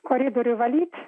koridoriuje valyti